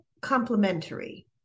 complementary